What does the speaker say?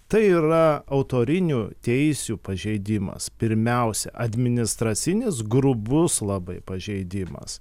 tai yra autorinių teisių pažeidimas pirmiausia administracinis grubus labai pažeidimas